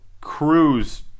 cruise